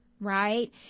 right